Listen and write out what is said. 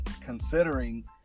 considering